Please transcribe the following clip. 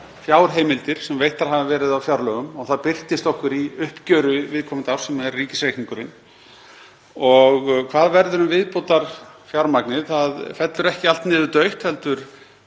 fjárheimildir sem veittar hafa verið á fjárlögum og það birtist okkur í uppgjöri viðkomandi árs, sem er ríkisreikningurinn. Hvað verður um viðbótarfjármagnið? Það fellur ekki allt niður dautt heldur